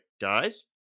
guys